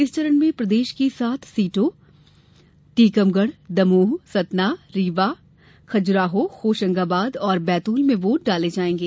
इस चरण में प्रदेश की सात सीटों टीकमगढ़ दमोह सतना रीवा खजुराहो होशंगाबाद और बैतुल में वोट डाले जायेंगे